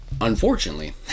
Unfortunately